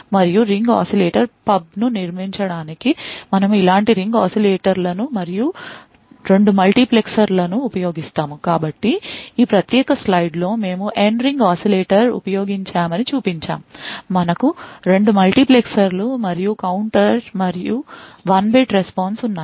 మరియు ring oscillator పబ్ను నిర్మించడానికి మనము ఇలాంటి రింగ్ ఆసిలేటర్లను మరియు 2 మల్టీప్లెక్సర్ల ను ఉపయోగిస్తాము కాబట్టి ఈ ప్రత్యేక స్లైడ్లో మేము N రింగ్ ఆసిలేటర్లను ఉపయోగించామని చూపించాము మనకు 2 మల్టీప్లెక్సర్లు మరియు కౌంటర్ మరియు 1 bit response ఉన్నాయి